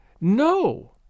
No